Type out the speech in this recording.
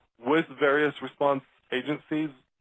with various response agencies